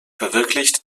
verwirklicht